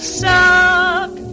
suck